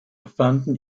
fanden